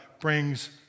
brings